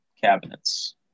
cabinets